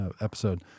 episode